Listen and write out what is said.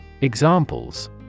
Examples